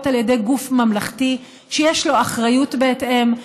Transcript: על ידי גוף ממלכתי שיש לו אחריות בהתאם,